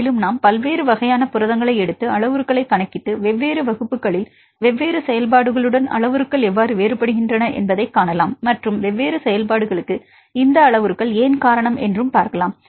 மேலும் நாம் பல்வேறு வகையான புரதங்களை எடுத்து அளவுருக்களைக் கணக்கிட்டு வெவ்வேறு வகுப்புகளில் வெவ்வேறு செயல்பாடுகளுடன் அளவுருக்கள் எவ்வாறு வேறுபடுகின்றன என்பதைக் காணலாம் மற்றும் வெவ்வேறு செயல்பாடுகளுக்கு இந்த அளவுருக்கள் ஏன் காரணம் என்று பார்க்கலாம்